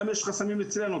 יש גם חסמים אצלנו,